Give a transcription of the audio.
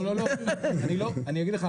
אני אגיד לך,